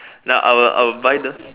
that I would I would buy those